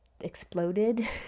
exploded